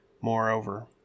Moreover